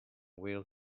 wheel